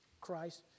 Christ